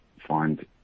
find